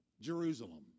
Jerusalem